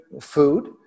food